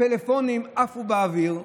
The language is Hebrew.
הפלאפונים עפו באוויר,